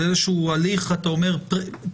זה איזשהו הליך מקדמי,